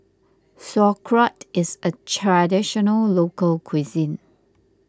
Sauerkraut is a Traditional Local Cuisine